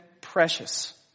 precious